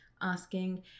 Asking